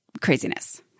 craziness